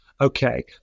okay